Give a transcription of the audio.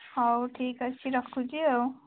ହଉ ଠିକ୍ ଅଛି ରଖୁଛି ଆଉ